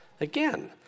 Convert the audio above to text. again